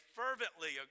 fervently